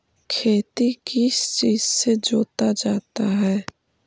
खेती किस चीज से जोता जाता है?